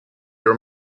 your